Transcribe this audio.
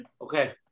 Okay